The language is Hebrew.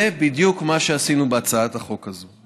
זה בדיוק מה שעשינו בהצעת החוק הזאת.